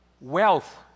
wealth